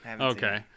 okay